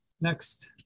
Next